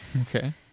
okay